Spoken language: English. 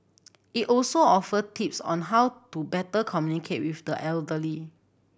it also offer tips on how to better communicate with the elderly